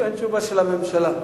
אין תשובה של הממשלה.